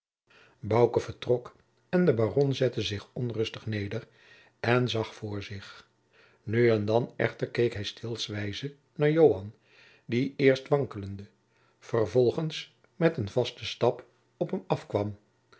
vertrok en de baron zette zich onrustig neder en zag voor zich nu en dan echter keek hij steelswijze naar joan die eerst wankelende vervolgens met een vasten stap op hem afkwam